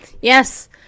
yes